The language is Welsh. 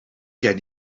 gen